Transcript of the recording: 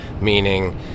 meaning